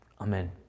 Amen